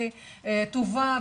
וטובה,